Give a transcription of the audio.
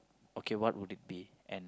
okay what would it be and